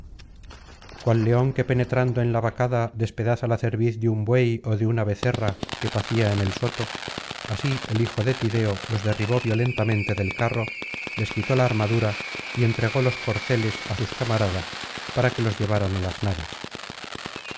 cual león que penetrando en la vacada despedaza la cerviz de un buey ó de una becerra que pacía en el soto así el hijo de tideo los derribó violentamente del carro les quitó la armadura y entregó los corceles á sus camaradas para que los llevaran á las naves